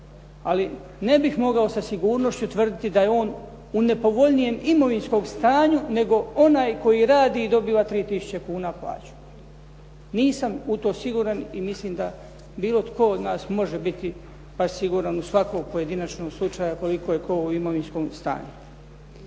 Ali ne bih mogao sa sigurnošću tvrditi da je on u nepovoljnijem imovinskom stanju nego onaj koji radi i dobiva 3 tisuće kuna plaću, nisam u to siguran i mislim da bilo tko od nas može biti baš siguran u svakog pojedinog slučaja koliko je tko u imovinskom stanju.